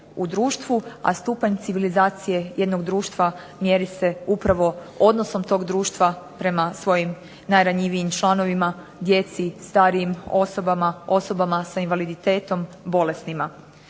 u društvu, a stupanj civilizacije jednog društva mjeri se upravo odnosom tog društva prema svojim najranjivijim članovima, djeci, starijim osobama, osobama s invaliditetom, bolesnima,